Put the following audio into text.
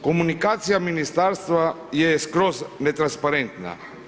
Komunikacija Ministarstva je skroz netransparentna.